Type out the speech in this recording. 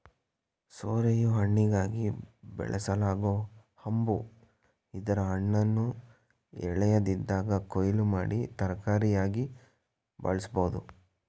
ಸೋರೆಯು ಹಣ್ಣಿಗಾಗಿ ಬೆಳೆಸಲಾಗೊ ಹಂಬು ಇದರ ಹಣ್ಣನ್ನು ಎಳೆಯದಿದ್ದಾಗ ಕೊಯ್ಲು ಮಾಡಿ ತರಕಾರಿಯಾಗಿ ಬಳಸ್ಬೋದು